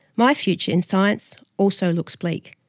my future in science also looks bleak.